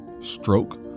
stroke